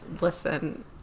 Listen